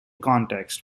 context